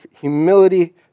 humility